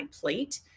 plate